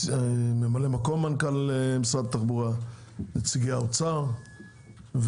ממלא מקום מנכ"ל משרד התחבורה ונציגי האוצר,